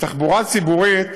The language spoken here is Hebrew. תחבורה ציבורית,